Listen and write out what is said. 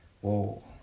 whoa